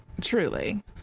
Truly